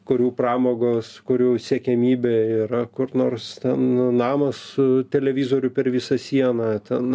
kurių pramogos kurių siekiamybė yra kur nors ten namą su televizoriu per visą sieną ten